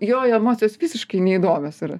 jo jo emocijos visiškai neįdomios yra